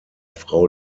frau